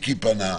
מיקי פנה,